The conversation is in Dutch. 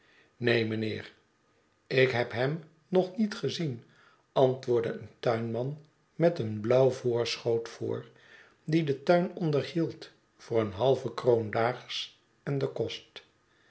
neen meneer ik heb hem nog niet gezien antwoordde een tuinman met een blauw voprschoot voor die den tuin onderhield voor een halve kroon daags en den kost